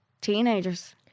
teenagers